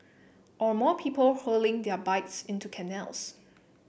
or more people hurling their bikes into canals